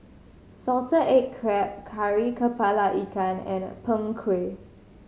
salted egg crab Kari Kepala Ikan and Png Kueh